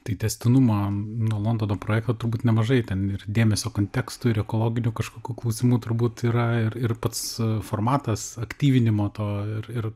tai tęstinumą nuo londono projekto turbūt nemažai ten ir dėmesio kontekstų ir ekologinių kažkokių klausimų turbūt yra ir ir pats formatas aktyvinimo to ir ir